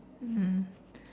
mm